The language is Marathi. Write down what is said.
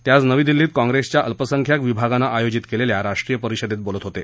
ते आज नवी दिल्लीत कॉंग्रेसच्या अल्पसंख्याक विभागानं आयोजित केलेल्या राष्ट्रीय परिषदेत बोलत होते